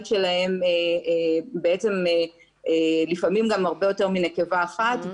שלהם בעצם לפעמים גם הרבה יותר מנקבה אחת,